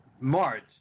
March